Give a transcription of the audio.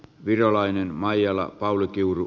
virolainen maijalla pauli kiuru